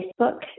Facebook